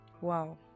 Wow